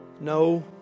No